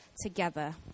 together